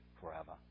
forever